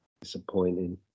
Disappointing